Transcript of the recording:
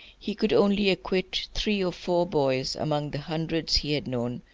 he could only acquit three or four boys, among the hundreds he had known,